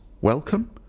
welcome